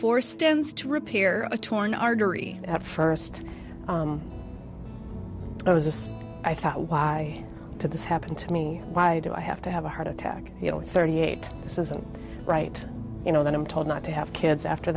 stones to repair a torn artery at first i was i thought why to this happen to me why do i have to have a heart attack you know thirty eight this isn't right you know that i'm told not to have kids after